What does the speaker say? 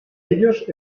ellos